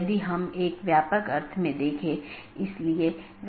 अन्यथा पैकेट अग्रेषण सही नहीं होगा